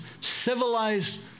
civilized